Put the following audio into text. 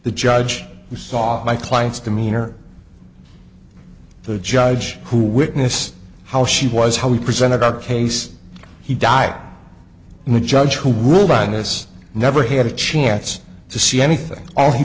the judge who saw my client's demeanor the judge who witnessed how she was how we presented our case he died and the judge who ruled by this never had a chance to see anything all he